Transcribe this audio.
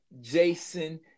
Jason